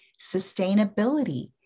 Sustainability